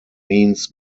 means